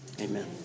amen